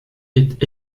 est